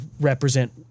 represent